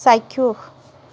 চাক্ষুষ